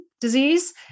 disease